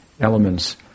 elements